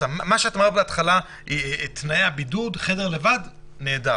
שאמרת בהתחלה לגבי תנאי בידוד וחדר לבד נהדר.